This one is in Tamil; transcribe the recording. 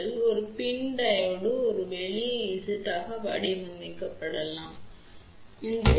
எனவே ஒரு PIN டையோடு ஒரு எளிய Zdஆக வடிவமைக்கப்படலாம்அங்குZdRjX